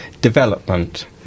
development